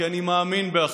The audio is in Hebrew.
כי אני מאמין באחדות.